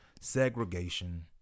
segregation